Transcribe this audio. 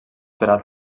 per